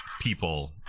people